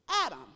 Adam